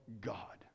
God